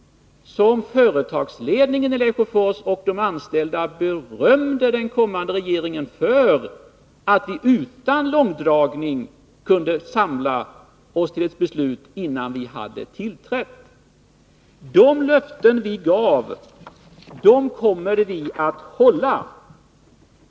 Då fattade vi ett snabbt beslut som företagsledningen och de anställda i Lesjöfors berömde oss för, därför att vi, utan långdragning, kunde samla oss till ett beslut, innan vi hade tillträtt. De löften vi gav kommer vi att hålla.